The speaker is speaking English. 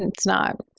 it's not.